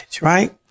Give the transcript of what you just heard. right